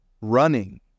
running